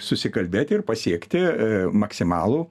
susikalbėti ir pasiekti maksimalų